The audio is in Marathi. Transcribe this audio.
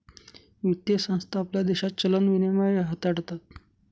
वित्तीय संस्था आपल्या देशात चलन विनिमय हाताळतात